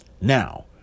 now